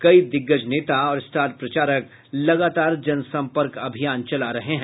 कई दिग्गज नेता और स्टार प्रचारक लगातार जन सम्पर्क अभियान चला रहे हैं